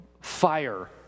Fire